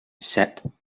sep